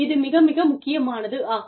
இது மிக மிக முக்கியமானதாகும்